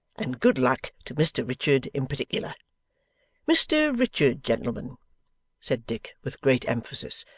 and good luck to mr richard in particular mr richard, gentlemen said dick with great emphasis,